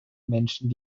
menschen